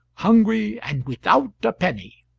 hungry and without a penny.